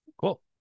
Cool